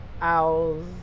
Owls